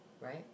right